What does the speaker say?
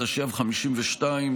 התשי"ב 1952,